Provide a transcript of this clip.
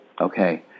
Okay